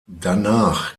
danach